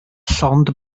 llond